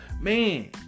Man